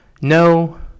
No